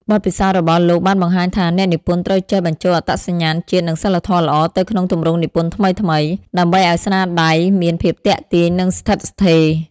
បទពិសោធន៍របស់លោកបានបង្ហាញថា អ្នកនិពន្ធត្រូវចេះបញ្ចូលអត្តសញ្ញាណជាតិ និងសីលធម៌ល្អ ទៅក្នុងទម្រង់និពន្ធថ្មីៗ ដើម្បីឲ្យស្នាដៃមានភាពទាក់ទាញ និងស្ថិតស្ថេរ។